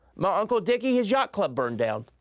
my uncle dicky, his yacht club burned down.